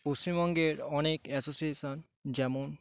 পশ্চিমবঙ্গের অনেক অ্যাসোসিয়েশন যেমন